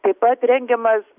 taip pat rengiamas